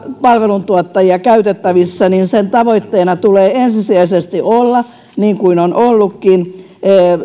palveluntuottajia käytettävissä tulee tavoitteena ensisijaisesti olla niin kuin on ollutkin